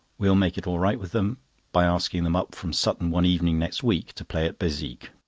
we'll make it all right with them by asking them up from sutton one evening next week to play at bezique.